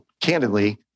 candidly